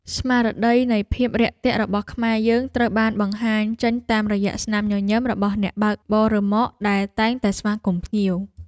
ស្មារតីនៃភាពរាក់ទាក់របស់ខ្មែរយើងត្រូវបានបង្ហាញចេញតាមរយៈស្នាមញញឹមរបស់អ្នកបើកបររ៉ឺម៉កដែលតែងតែស្វាគមន៍ភ្ញៀវ។